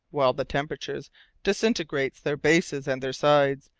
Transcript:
while the temperature disintegrates their bases and their sides,